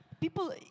People